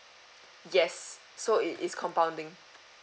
yes so it is compounding